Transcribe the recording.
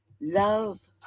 love